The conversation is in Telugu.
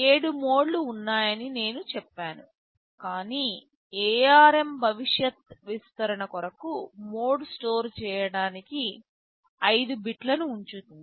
7 మోడ్లు ఉన్నాయని నేను చెప్పాను కాని ARM భవిష్యత్ విస్తరణ కొరకు మోడ్ స్టోర్ చేయటానికి 5 బిట్లను ఉంచుతుంది